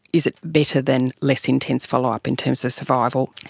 is it better than less intense follow-up in terms of survival.